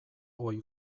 ohi